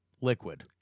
liquid